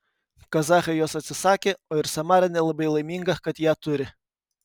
kazachai jos atsisakė o ir samara nelabai laiminga kad ją turi